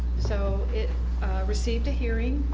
so it received a hearing,